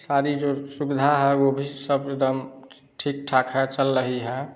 सारी जो सुविधा है वह भी सब एकदम ठीक ठाक है चल रही है